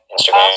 Instagram